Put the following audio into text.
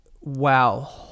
wow